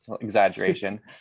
exaggeration